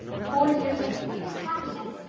four years of perfect happiness,